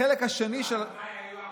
החלק השני של --- אז ודאי היו הרוגים.